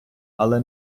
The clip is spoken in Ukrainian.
але